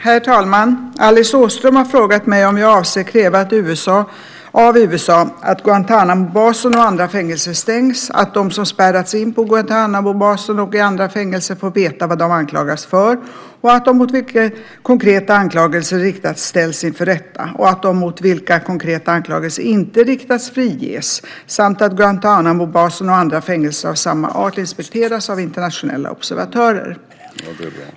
Herr talman! Alice Åström har frågat mig om jag avser att kräva av USA att Guantánamobasen och andra fängelser stängs, att de som spärrats in på Guantánamobasen och i andra fängelser får veta vad de anklagats för och att de mot vilka konkreta anklagelser riktats ställs inför rätta och att de mot vilka konkreta anklagelser inte riktats friges samt att Guantánamobasen och andra fängelser av samma art inspekteras av internationella observatörer.